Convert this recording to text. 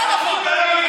לא נכון.